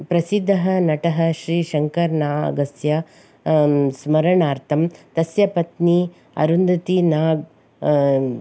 प्रसिद्धः नटः श्रीशङ्कर्नागस्य स्मरणार्थं तस्य पत्नी अरुन्दती नाग्